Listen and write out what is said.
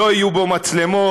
לא יהיו בו מצלמות,